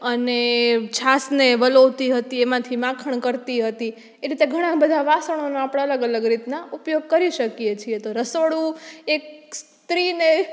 અને છાશને વલોવતી હતી એમાંથી માખણ કરતી હતી એ રીતે ઘણાં બધાં વાસણોને આપણે અલગ અલગ રીતના ઉપયોગ કરી શકીએ છીએ તો રસોડું એ સ્ત્રીને